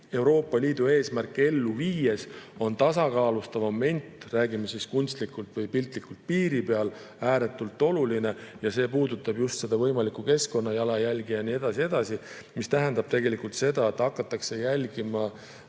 Euroopa Liidu eesmärke ellu viies on tasakaalustav moment, räägime siis kunstlikult või piltlikult, piiri peal ääretult oluline. See puudutab just seda võimalikku keskkonna jalajälge ja nii edasi ja nii edasi. See tähendab tegelikult seda, et terves